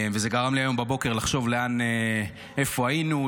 וזה גרם לי היום בבוקר לחשוב איפה היינו,